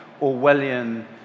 Orwellian